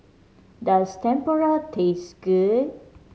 does Tempura taste good